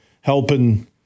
helping